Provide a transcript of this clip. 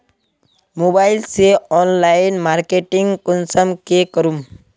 Mobile से online marketing कुंसम के करूम?